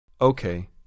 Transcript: Okay